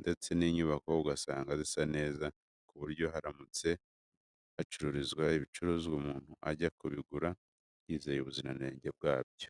ndetse n'inyubako ugasanga zisa neza, ku buryo haramutse hacururizwamo ibiribwa umuntu ajya kubigura yizeye ubuziranenge bwabyo.